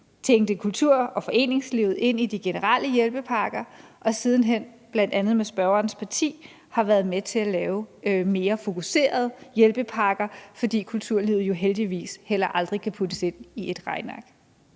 tænkte kultur og foreningslivet ind i de generelle hjælpepakker og siden hen bl.a. med spørgerens parti har været med til at lave mere fokuserede hjælpepakker, fordi kulturlivet jo heldigvis heller aldrig kan puttes ind i et regneark.